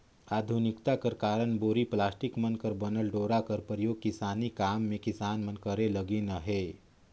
आधुनिकता कर कारन बोरी, पलास्टिक मन कर बनल डोरा कर परियोग किसानी काम मे किसान मन करे लगिन अहे